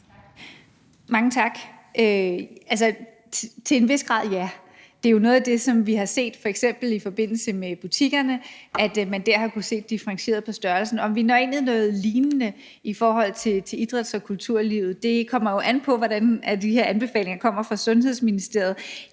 Mange tak. Til en vis grad: ja. Det er jo noget af det, som vi f.eks. har set i forbindelse med butikkerne, nemlig at man der har kunnet se på størrelsen differentieret. Om vi når ind i noget lignende i forhold til idræts- og kulturlivet, kommer jo an på, hvordan de anbefalinger, der kommer fra Sundhedsministeriet,